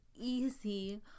easy